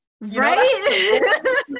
right